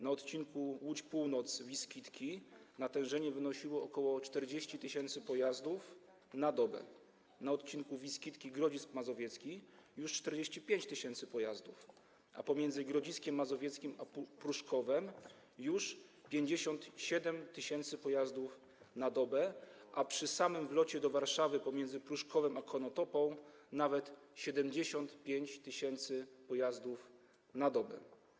Na odcinku Łódź Północ - Wiskitki natężenie wynosiło ok. 40 tys. pojazdów na dobę, na odcinku Wiskitki - Grodzisk Mazowiecki - już 45 tys. pojazdów na dobę, a pomiędzy Grodziskiem Mazowieckim a Pruszkowem - już 57 tys. pojazdów na dobę, a przy samym wlocie do Warszawy pomiędzy Pruszkowem a Konotopą - nawet 75 tys. pojazdów na dobę.